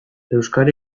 euskara